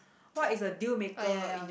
what is a deal maker in